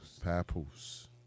Papoose